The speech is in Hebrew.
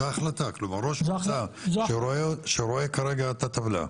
כלומר ראש מועצה שרואה כרגע את הטבלה,